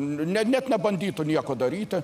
ne net nebandytų nieko daryti